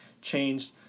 changed